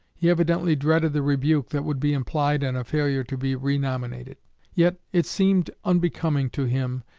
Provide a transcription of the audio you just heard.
he evidently dreaded the rebuke that would be implied in a failure to be renominated yet it seemed unbecoming to him,